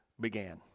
began